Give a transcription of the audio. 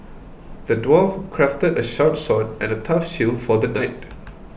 the dwarf crafted a sharp sword and a tough shield for the knight